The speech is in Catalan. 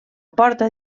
porta